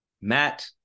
Matt